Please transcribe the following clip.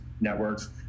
networks